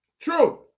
True